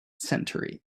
century